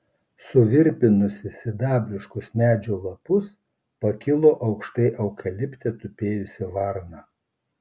suvirpinusi sidabriškus medžio lapus pakilo aukštai eukalipte tupėjusi varna